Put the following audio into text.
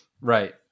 right